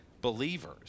believers